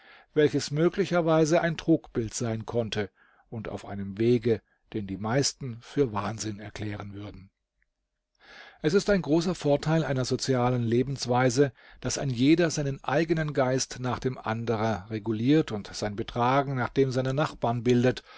welches möglicherweise ein trugbild sein konnte und auf einem wege den die meisten für wahnsinn erklären würden es ist ein großer vorteil einer sozialen lebensweise daß ein jeder seinen eigenen geist nach dem anderer reguliert und sein betragen nach dem seiner nachbarn bildet